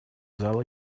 зала